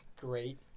Great